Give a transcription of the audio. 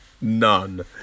None